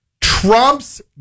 Trump's